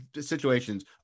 situations